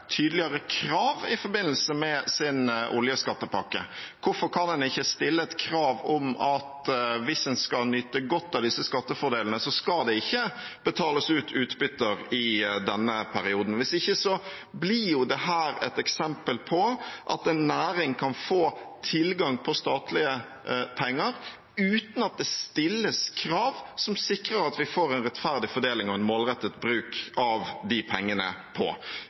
krav i forbindelse med sin oljeskattepakke. Hvorfor kan en ikke stille et krav om at hvis en skal nyte godt av disse skattefordelene, skal det ikke betales ut utbytter i denne perioden? Hvis ikke blir jo dette et eksempel på at en næring kan få tilgang på statlige penger uten at det stilles krav som sikrer at vi får en rettferdig fordeling og en målrettet bruk av de pengene. Vi mener at den riktige måten å støtte industrien på